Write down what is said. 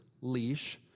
leash